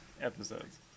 episodes